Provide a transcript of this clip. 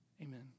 Amen